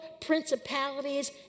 principalities